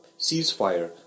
ceasefire